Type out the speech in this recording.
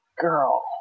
girl